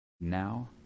now